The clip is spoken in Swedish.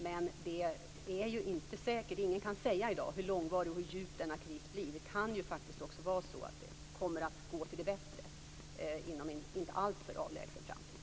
Men ingen kan i dag säkert säga hur långvarig och djup denna kris blir. Det kan ju faktiskt också vara så att det kommer att gå till det bättre inom en inte alltför avlägsen framtid.